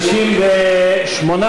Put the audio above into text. לסעיף 1 לא נתקבלה.